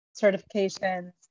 certifications